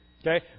Okay